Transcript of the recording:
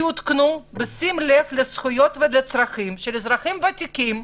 יותקנו בשים לב לזכויות ולצרכים של אזרחים ותיקים,